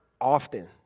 often